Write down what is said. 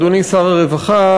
אדוני שר הרווחה,